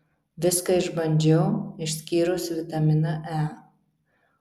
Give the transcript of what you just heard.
viską išbandžiau išskyrus vitaminą e